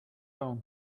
down